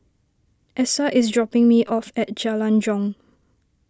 Essa is dropping me off at Jalan Jong